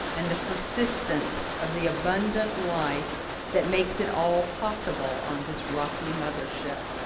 and the persistence of the abundant life that makes it all possible on this rocky mothership.